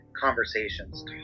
conversations